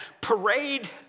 parade